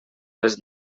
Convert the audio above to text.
les